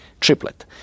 triplet